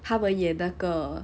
他们演那个